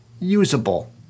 usable